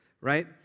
right